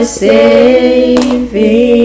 saving